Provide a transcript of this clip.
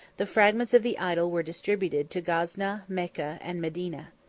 the fragments of the idol were distributed to gazna, mecca, and medina.